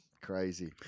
crazy